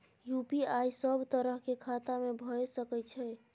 UPI सब तरह के खाता में भय सके छै?